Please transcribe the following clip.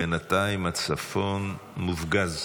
בינתיים, הצפון מופגז,